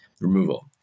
removal